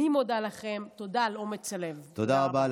אני מודה לכן, תודה על אומץ הלב, תודה רבה.